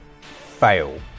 fail